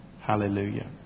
hallelujah